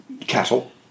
cattle